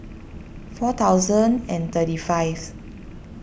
four thousand and thirty fifth